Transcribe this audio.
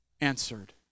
answered